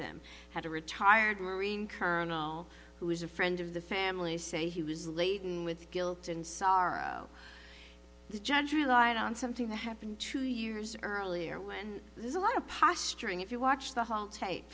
them had a retired marine colonel who was a friend of the family say he was laden with guilt and sorrow the judge relied on something that happened true years earlier when there's a lot of posturing if you watch the whole tape